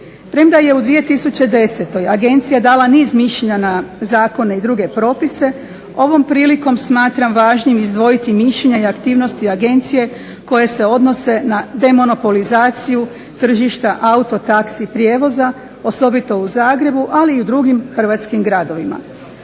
Premda je u 2010. agencija dala niz mišljenja, zakona i druge propise ovom prilikom smatram važnim izdvojiti mišljenja i aktivnosti agencije koje se odnosi na demonopolizaciju tržišta auto-taxi prijevoza osobito u Zagrebu ali i u drugim hrvatskim gradovima.